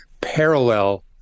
parallel